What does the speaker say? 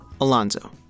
Alonzo